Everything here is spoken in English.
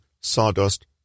sawdust